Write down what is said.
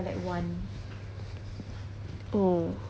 mm until late night what time he booking in